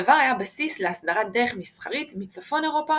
הדבר היה בסיס להסדרת דרך מסחרית מצפון אירופה